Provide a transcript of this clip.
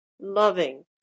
loving